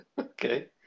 okay